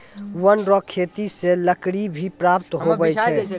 वन रो खेती से लकड़ी भी प्राप्त हुवै छै